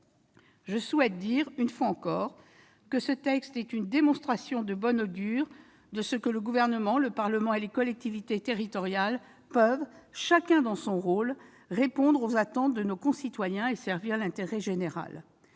je souhaite dire, une fois encore, que ce texte est une démonstration de bon augure de ce que le Gouvernement, le Parlement et les collectivités territoriales peuvent, chacun dans son rôle, répondre aux attentes de nos concitoyens et servir l'intérêt général.